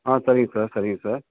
ஆ சரிங்க சார் சரிங்க சார்